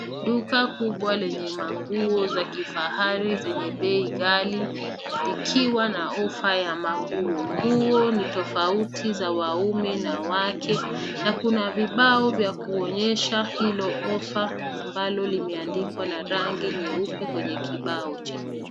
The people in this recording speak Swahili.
Duka kubwa lenye manguo za kifahari zenye bei ghali likiwa na ofa ya manguo. Nguo ni tofauti za maume na wake na kuna vibao vya kuonyesha hilo ofa ambalo limeandikwa na rangi nyeupe kwenye kibao chekundu.